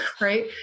right